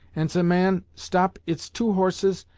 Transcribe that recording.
ant ze man stop its two horses,